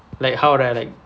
like how would I like